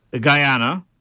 Guyana